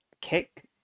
kick